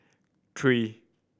three